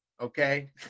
Okay